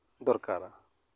ᱫᱚᱨᱠᱟᱨᱟ